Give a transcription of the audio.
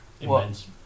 Immense